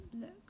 look